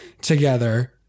together